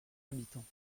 habitants